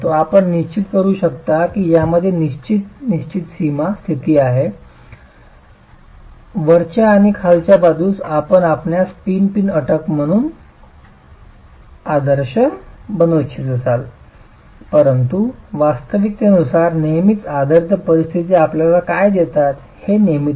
आपण निश्चित करू शकता की यामध्ये निश्चित निश्चित सीमा स्थिती आहे वरच्या आणि खालच्या बाजूस आपण त्यास पिन पिन अट म्हणून आदर्श बनवू इच्छित असाल परंतु वास्तविकतेनुसार नेहमीच आदर्श परिस्थिती आपल्याला काय देतात हे नेहमीच नसते